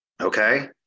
okay